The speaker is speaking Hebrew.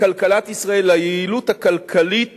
לכלכלת ישראל, ליעילות הכלכלית